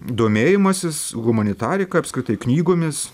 domėjimasis humanitarika apskritai knygomis